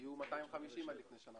היו 250 עד לפני שנה